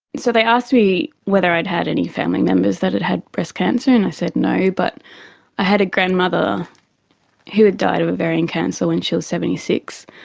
so they asked me whether i'd had any family members that had had breast cancer and i said no, but i had a grandmother who had died of ovarian cancer when she was seventy six.